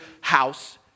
house